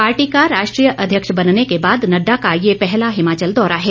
party का राष्ट्रीय अध्यक्ष बनने के बाद नड़डा का यह पहला हिमाचल दौरा है